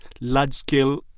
large-scale